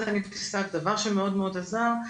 דבר שמאוד עזר,